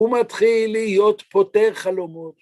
‫הוא מתחיל להיות פותר חלומות.